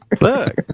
look